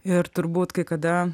ir turbūt kai kada